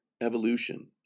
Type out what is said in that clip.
evolution